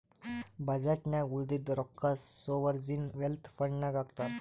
budget ನಾಗ್ ಉಳದಿದ್ದು ರೊಕ್ಕಾ ಸೋವರ್ಜೀನ್ ವೆಲ್ತ್ ಫಂಡ್ ನಾಗ್ ಹಾಕ್ತಾರ್